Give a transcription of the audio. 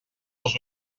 els